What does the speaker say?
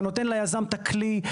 אתה נותן ליזם את הכלי.